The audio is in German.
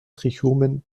trichomen